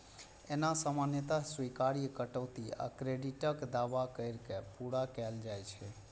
एना सामान्यतः स्वीकार्य कटौती आ क्रेडिटक दावा कैर के पूरा कैल जाइ छै